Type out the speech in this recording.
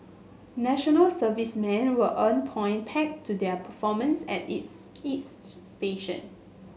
National Servicemen will earn point pegged to their performance at is is station